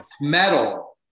metal